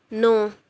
ਨੌਂ